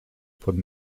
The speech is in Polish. pod